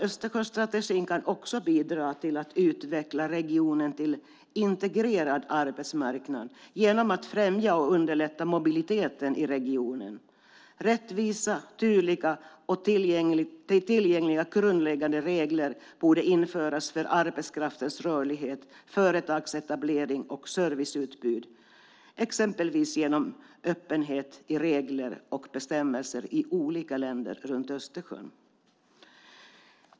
Östersjöstrategin kan också bidra till att utveckla regionen till en integrerad arbetsmarknad genom att främja och underlätta mobiliteten i regionen. Rättvisa, tydliga och tillgängliga grundläggande regler borde införas för arbetskraftens rörlighet, företagsetablering och serviceutbud, exempelvis genom öppenhet i regler och bestämmelser i olika länder runt Östersjön.